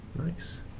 Nice